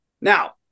Now